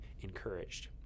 encouraged